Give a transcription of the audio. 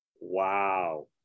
Wow